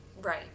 Right